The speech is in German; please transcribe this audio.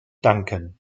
danken